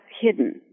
hidden